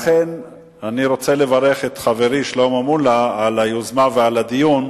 לכן אני רוצה לברך את חברי שלמה מולה על היוזמה ועל הדיון,